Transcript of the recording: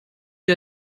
der